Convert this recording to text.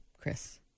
Chris